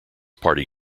party